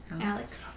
Alex